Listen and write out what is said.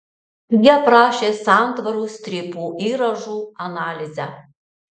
ji aprašė santvarų strypų įrąžų analizę